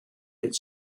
its